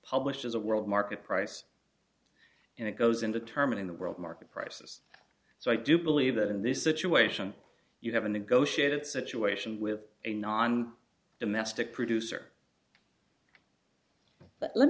published as a world market price and it goes into term in the world market prices so i do believe that in this situation you have a negotiated situation with a non domestic producer but let